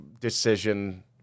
decision